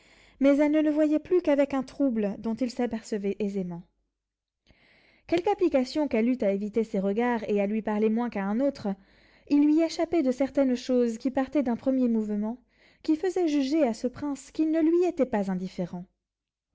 mais elle ne le voyait plus qu'avec un trouble dont il s'apercevait aisément quelque application qu'elle eût à éviter ses regards et à lui parler moins qu'à un autre il lui échappait de certaines choses qui partaient d'un premier mouvement qui faisaient juger à ce prince qu'il ne lui était pas indifférent